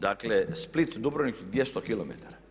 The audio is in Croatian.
Dakle, Split-Dubrovnik 200km.